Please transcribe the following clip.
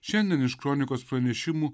šiandien iš kronikos pranešimų